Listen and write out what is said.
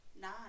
Nine